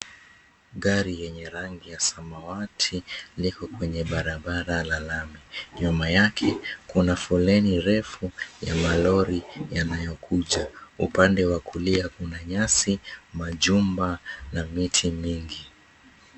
Gari yenye rangi ya samawati liko kwenye barabara la lami. Nyuma yake kuna foleni refu ya malori yanayokuja. Upande wa kulia kuna nyasi, majumba na miti mingi.